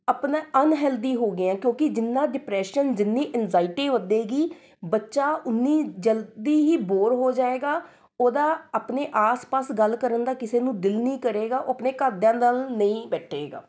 ਆਪਣਾ ਅਨਹੈਲਥੀ ਹੋ ਗਏ ਹੈ ਕਿਉਂਕਿ ਜਿੰਨਾਂ ਡਿਪਰੈਸ਼ਨ ਜਿੰਨੀ ਐਨਗਜ਼ਾਈਟੀ ਵੱਧੇਗੀ ਬੱਚਾ ਉਨੀ ਜਲਦੀ ਹੀ ਬੋਰ ਹੋ ਜਾਏਗਾ ਉਹਦਾ ਆਪਣੇ ਆਸ ਪਾਸ ਗੱਲ ਕਰਨ ਦਾ ਕਿਸੇ ਨੂੰ ਦਿਲ ਨਹੀਂ ਕਰੇਗਾ ਉਹ ਆਪਣੇ ਘਰਦਿਆਂ ਨਾਲ ਨਹੀਂ ਬੈਠੇਗਾ